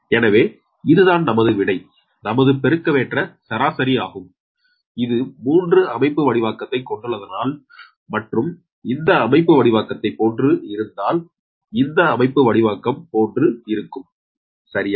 எனவே இதுதான் நமது விடை நமது பெருக்கவேற்ற சராசரி ஆரம் இது 3 அமைப்புவடிவாக்கத்தை கொண்டள்ளதனால் மற்றும் இந்த அமைப்புவடிவாக்கத்தை போன்று இருந்தால் இந்த அமைப்புவடிவாக்கம் போன்று இருக்கும் சரியா